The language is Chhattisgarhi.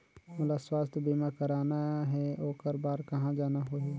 मोला स्वास्थ बीमा कराना हे ओकर बार कहा जाना होही?